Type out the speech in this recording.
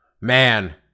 man